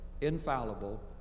infallible